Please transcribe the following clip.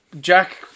Jack